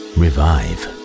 revive